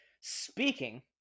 speaking